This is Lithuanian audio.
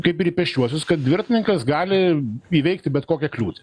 kaip ir pėsčiuosius kad dviratininkas gali įveikti bet kokią kliūtį